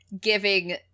giving